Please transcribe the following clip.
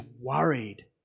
worried